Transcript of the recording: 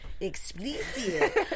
Explicit